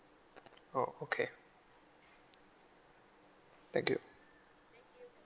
oh okay thank you